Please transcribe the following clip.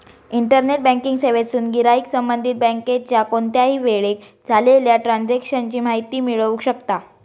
internet banking सेवेतसून गिराईक संबंधित बँकेच्या कोणत्याही वेळेक झालेल्या ट्रांजेक्शन ची माहिती मिळवू शकता